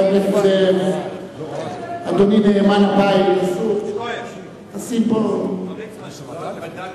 רבותי, אם אין מי שמתנגד.